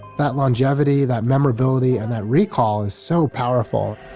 that longevity, that memorability, and that recall is so powerful